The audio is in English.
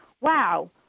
wow